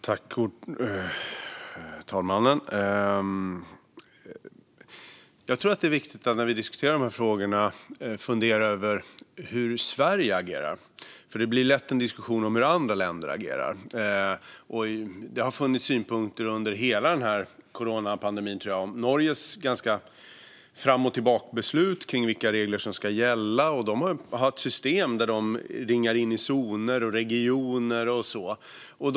Herr talman! När vi diskuterar de här frågorna tror jag att det är viktigt att fundera över hur Sverige agerar, för det blir lätt en diskussion om hur andra länder agerar. Det har funnits synpunkter under hela coronapandemin på Norges ganska fram-och-tillbaka-artade beslut om vilka regler som ska gälla. De har haft ett system där de ringar in zoner, regioner och så vidare.